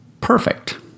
perfect